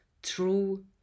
True